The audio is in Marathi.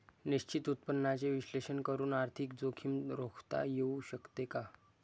निश्चित उत्पन्नाचे विश्लेषण करून आर्थिक जोखीम रोखता येऊ शकते का?